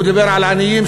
הוא דיבר על העניים,